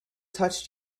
touched